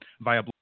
via